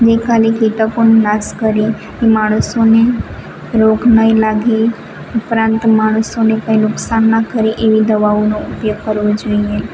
દે ખાલી કીટકોનો નાશ કરીએ માણસોને રોગ નહીં લાગે ઉપરાંત માણસોને કંઈ નુકસાન ના કરે એવી દવાઓનો ઉપયોગ કરવો જોઈએ